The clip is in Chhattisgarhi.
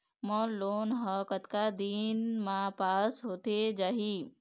मोर लोन हा कतक दिन मा पास होथे जाही?